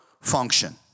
function